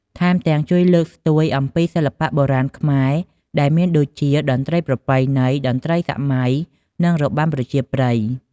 ថែមទាំងជួយលើកស្ទួយអំពីសិល្បៈបុរាណខ្មែរ ដែលមានដូចជាតន្ត្រីប្រពៃណី តន្រ្តីសម័យ និងរបាំប្រជាប្រិយ។